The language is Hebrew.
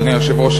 אדוני היושב-ראש,